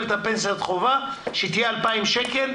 את פנסיית חובה שתהיה בגובה של 2,000 שקלים,